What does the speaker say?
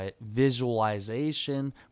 visualization